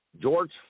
George